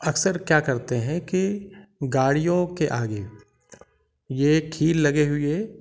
अक्सर क्या करते हैं कि गाड़ियों के आगे ये थी लगे हुए